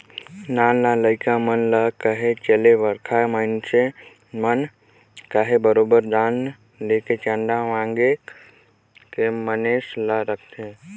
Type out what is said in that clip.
नान नान लरिका मन ल कहे चहे बड़खा मइनसे मन ल कहे बरोबेर दान लेके चंदा मांएग के गनेस ल रखथें